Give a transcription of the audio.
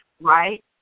right